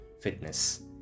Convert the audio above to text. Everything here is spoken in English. Fitness